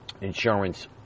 insurance